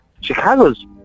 Chicago's